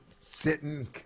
sitting